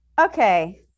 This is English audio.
Okay